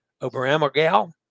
Oberammergau